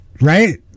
right